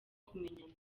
kumenyana